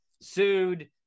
sued